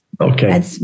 Okay